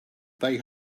they